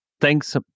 thanks